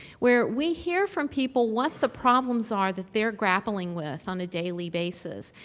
where we hear from people what the problems are that they're grappling with on a daily basis,